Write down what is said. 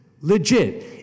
legit